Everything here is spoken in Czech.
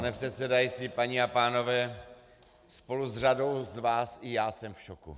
Pane předsedající, paní a pánové, spolu s řadou z vás i já jsem v šoku.